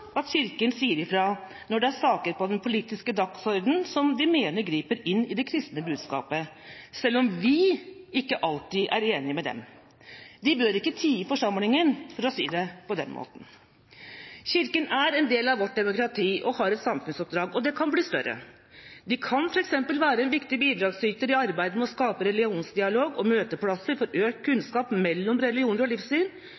den politiske dagsordenen som de mener griper inn i det kristne budskapet, selv om vi ikke alltid er enig med dem. De bør ikke tie i forsamlingen, for å si det på den måten. Kirken er en del av vårt demokrati og har et samfunnsoppdrag, og det kan bli større. Kirken kan f.eks. være en viktig bidragsyter i arbeidet med å skape religionsdialog og møteplasser for økt